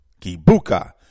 Kibuka